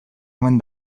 omen